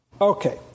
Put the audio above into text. Okay